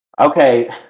Okay